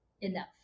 enough